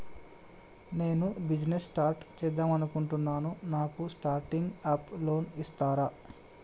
నేను business start చేద్దామనుకుంటున్నాను నాకు స్టార్టింగ్ అప్ లోన్ ఇస్తారా?